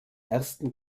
ersten